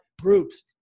Groups